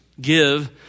give